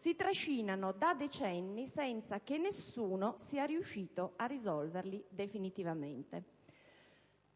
si trascinano da decenni, senza che nessuno sia riuscito a risolverli definitivamente».